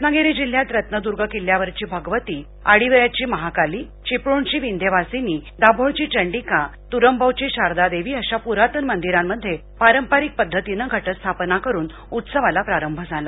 रत्नागिरी जिल्ह्यात रत्नदुर्ग किल्ल्यावरची भगवती आडिवऱ्याची महाकाली चिपळूणची विंध्यवासिनी दाभोळची चंडिका तुरंबवची शारदादेवी अशा पुरातन मंदिरांमध्ये पारंपरिक पद्धतीनं घटस्थापना करून उत्सवाला प्रारंभ झाला